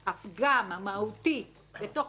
הפגם המהותי בתוך החוק הזה,